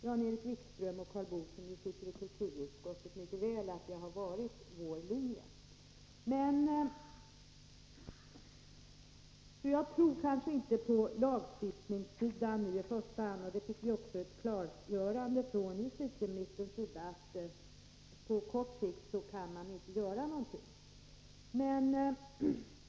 Jan-Erik Wikström och Karl Boo, som ju är ledamöter av kulturutskottet, vet också mycket väl att det har varit vår linje. Jag tror kanske inte i första hand på en lagstiftning på det här området — på den punkten fick vi också ett klargörande från justitieministerns sida: på kort sikt kan man inte göra någonting.